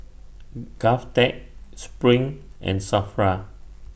Govtech SPRING and SAFRA